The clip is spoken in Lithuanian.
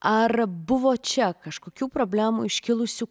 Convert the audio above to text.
ar buvo čia kažkokių problemų iškilusių